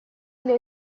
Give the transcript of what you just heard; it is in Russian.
для